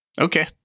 Okay